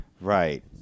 Right